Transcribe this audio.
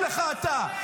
תתבייש לך אתה.